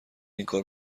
اینکار